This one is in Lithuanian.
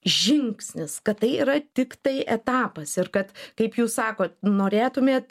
žingsnis kad tai yra tiktai etapas ir kad kaip jūs sakot norėtumėt